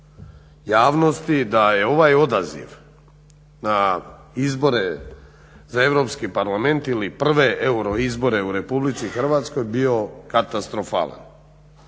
javnosti da je ovaj odaziv na izbore za EU parlament ili prve euroizbore u RH bio katastrofalan